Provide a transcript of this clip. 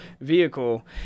vehicle